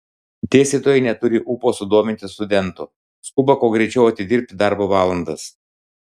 dėstytojai neturi ūpo sudominti studentų skuba kuo greičiau atidirbti darbo valandas